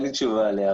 אין לי תשובה עליה,